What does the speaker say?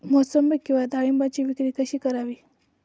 मोसंबी किंवा डाळिंबाची विक्री कशी करावी?